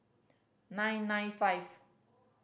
nine nine five